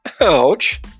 Ouch